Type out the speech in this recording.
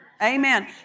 Amen